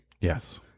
Yes